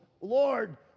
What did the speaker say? Lord